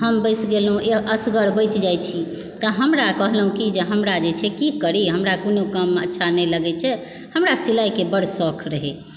हम बसि गेलहुँ असगर बचि जाइ छी तऽ हमरा कहलहु कि हमरा जे छै की करी हमरा कोनो काम अच्छा नहि लागै छै हमरा सिलाइके बड़ शौक रहै